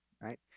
right